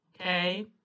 Okay